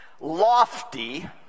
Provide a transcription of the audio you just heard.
lofty